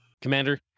Commander